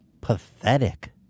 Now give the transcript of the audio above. pathetic